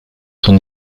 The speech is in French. son